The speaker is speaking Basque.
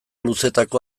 luzetako